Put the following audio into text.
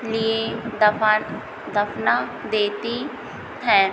लिए दफ़न दफ़ना देती हैं